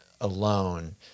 alone